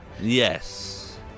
Yes